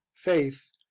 faith,